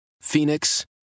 Phoenix